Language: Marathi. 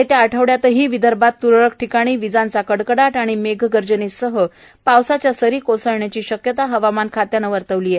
येत्या आठवड़यातही विदर्भात तुरळक ठिकाणी वीजांचा कडकडाट आणि मेघगर्जनेसह पावसाच्या सारी कोसळण्याची शक्यता हवामान खात्यानं वर्तविली आहे